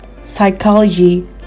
psychology